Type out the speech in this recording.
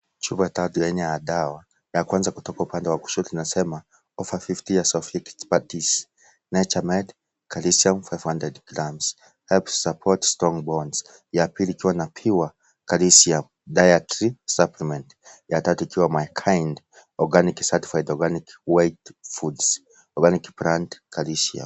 Chupa tatu ya aina ya dawa ya kwanza kutoka upande wa kushoto inasema over 50 years of expertise nature made calcium 500 grams helps support strong bones ya pili ikiwa na pure calcium dietary supplement ya tatu ikiwa mykind organics certifeid organic white foods organic plant calcium .